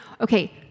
okay